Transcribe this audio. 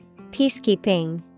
Peacekeeping